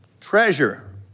treasure